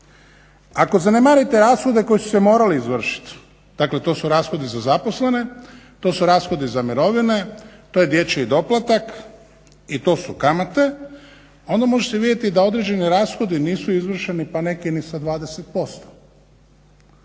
ako zanemarite rashode koji su se morali izvršit, dakle to su rashodi za zaposlene, to su rashodi za mirovine, to je dječji doplatak i to su kamate, onda možete vidjeti da određene rashodi nisu izvršeni pa neki ni sa 20%.